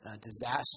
disaster